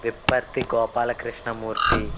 Vipparthi Gopala Krishna Murthy